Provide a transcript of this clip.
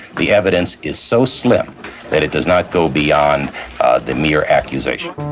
the evidence is so slim that it does not go beyond the mere accusation.